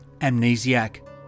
amnesiac